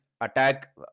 attack